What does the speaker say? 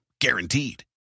guaranteed